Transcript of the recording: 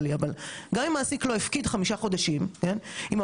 אם העובד שלא נכנס כל חודש להסתכל מה קורה אצלו,